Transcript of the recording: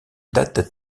date